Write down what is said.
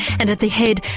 and at the head,